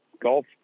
golf